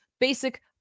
basic